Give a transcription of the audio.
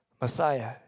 Messiah